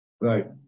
Right